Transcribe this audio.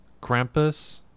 Krampus